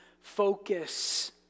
focus